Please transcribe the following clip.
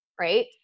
right